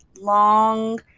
long